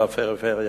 בפריפריה.